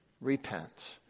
repent